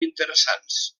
interessants